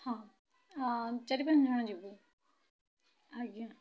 ହଁ ଚାରିପାଞ୍ଚ ଜଣ ଯିବୁ ଆଜ୍ଞା